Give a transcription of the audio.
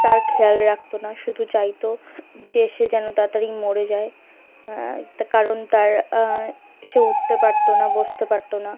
তার খেয়াল রাখতো না শুধু চাইতো যে সে যেন তাড়াতাড়ি মরে যায় তার কারণ তার সে উঠতে পারতো না বসতে পারতো না